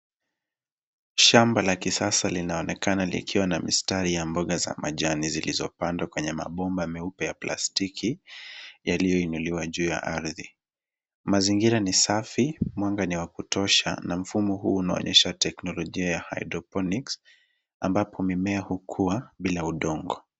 Shamba la kisasa linaonekana likiwa na mistari ya mboga za majani zilizopandwa kwenye mabomba meupe ya plastiki, yaliyoinuliwa juu ya ardhi. Mazingira ni safi, mwanga ni wa kutosha na mfumo huu unaonyesha teknolojia ya hydroponics ambapo mimea hukua bila udongo.